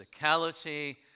physicality